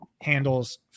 handles